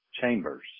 chambers